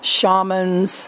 shamans